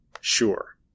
sure